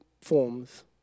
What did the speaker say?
forms